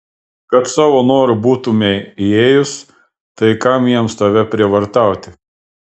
kad savo noru būtumei ėjus tai kam jiems tave prievartauti